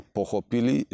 pochopili